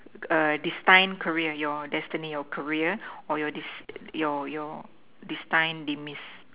destined career your destiny your career or your your your destined demise